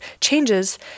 changes